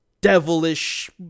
devilish